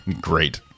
Great